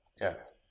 Yes